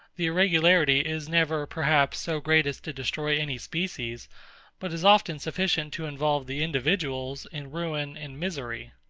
the irregularity is never perhaps so great as to destroy any species but is often sufficient to involve the individuals in ruin and misery.